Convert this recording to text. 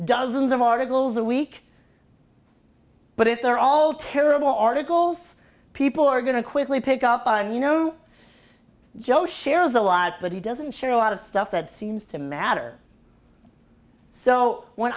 dozens of articles a week but if they're all terrible articles people are going to quickly pick up on you know joe shares a lot but he doesn't share a lot of stuff that seems to matter so when